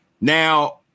now